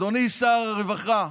אדוני שר הרווחה,